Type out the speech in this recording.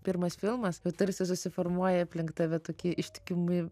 pirmas filmas tarsi susiformuoja aplink tave tokie ištikimi